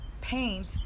paint